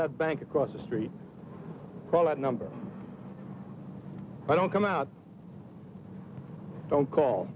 that bank across the street number i don't come out don't call